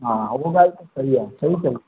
हा उहो ॻाल्हि त सही आहे सही चयईं